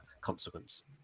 consequence